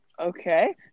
Okay